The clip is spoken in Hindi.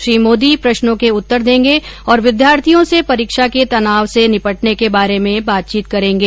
श्री मोदी प्रश्नों के उत्तर देंगे और विद्यार्थियों से परीक्षा के तनाव से निपटने के बारे में बातचीत करेंगे